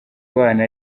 abana